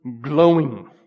glowing